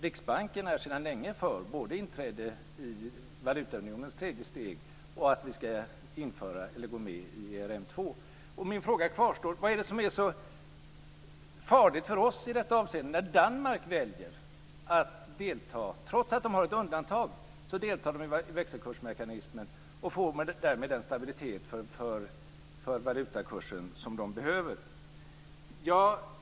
Riksbanken är sedan länge för både inträde i valutaunionens tredje steg och att vi ska gå med i ERM 2. Min fråga kvarstår: Vad är det som är så farligt för oss i detta avseende, när Danmark - trots att man har ett undantag - väljer att delta i växelkursmekanismen? Därmed får ju Danmark den stabilitet för valutakursen som man behöver.